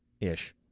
Ish